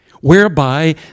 whereby